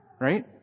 Right